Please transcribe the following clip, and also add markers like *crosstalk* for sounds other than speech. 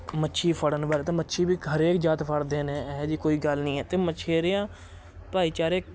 ਮੱਛੀ ਫੜਨ ਬਾਰੇ ਤਾਂ ਮੱਛੀ ਵੀ *unintelligible* ਹਰੇਕ ਜਾਤ ਫੜਦੇ ਨੇ ਇਹੋ ਜਿਹੀ ਕੋਈ ਗੱਲ ਨਹੀਂ ਹੈ ਅਤੇ ਮਛੇਰਿਆਂ ਭਾਈਚਾਰੇ